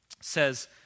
says